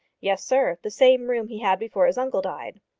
yes, sir the same room he had before his uncle died.